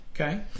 okay